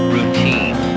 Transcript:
Routine